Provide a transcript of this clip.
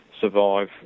survive